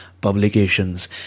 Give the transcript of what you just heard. publications